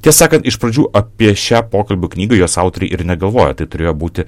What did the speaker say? tiesą sakant iš pradžių apie šią pokalbių knygą jos autoriai ir negalvojo tai turėjo būti